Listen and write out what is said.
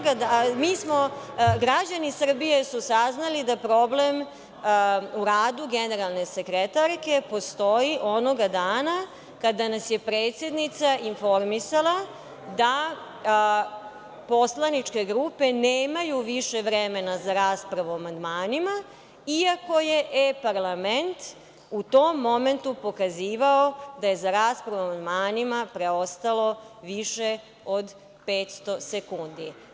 Građani Srbije su saznali da problem u radu generalne sekretarke postoji onog dana kada nas je predsednica informisala poslaničke grupe nemaju više vremena za raspravu o amandmanima iako je e-parlament u tom momentu pokazivao da je za raspravu o amandmanima preostalo više od 500 sekundi.